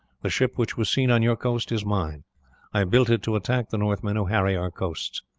the ship which was seen on your coast is mine i built it to attack the northmen who harry our coasts.